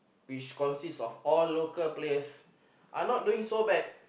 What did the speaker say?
which consists of all local players are not doing so bad